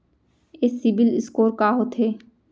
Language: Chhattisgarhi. ये सिबील स्कोर का होथे?